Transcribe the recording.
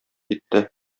китте